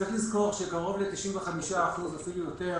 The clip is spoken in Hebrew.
צריך לזכור שקרוב ל-95%, אפילו יותר,